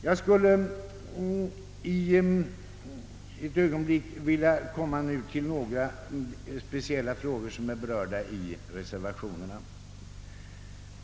Jag skulle under några ögonblick vilja uppehålla mig vid en del speciella frågor som berörts i reservationerna.